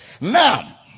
Now